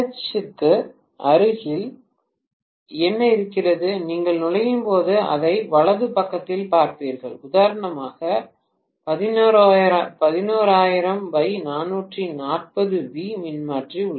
சிக்கு அருகில் என்ன இருக்கிறது நீங்கள் நுழையும்போது அதை வலது பக்கத்தில் பார்ப்பீர்கள் உதாரணமாக 11000 440 வி மின்மாற்றி உள்ளது